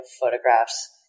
photographs